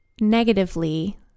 negatively